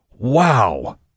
Wow